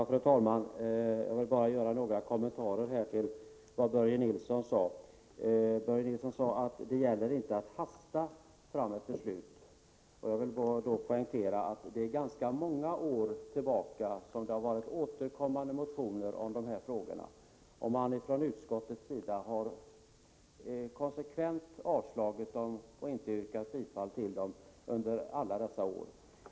Fru talman! Jag vill bara göra några kommentarer till Börje Nilssons anförande. Han sade att det gäller att inte hasta fram ett beslut, men jag vill poängtera att det under ganska många år har varit återkommande motioner i de här frågorna. Från utskottets sida har man konsekvent avstyrkt dem och inte yrkat bifall till dem någon gång under alla dessa år.